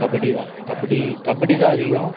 கபடி தான் கபடி கபடி தான் அதிகம்